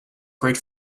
great